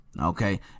Okay